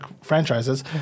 franchises